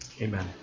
Amen